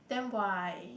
then why